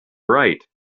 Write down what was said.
right